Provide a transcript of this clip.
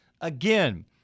again